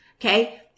Okay